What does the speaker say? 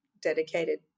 dedicated